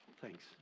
Thanks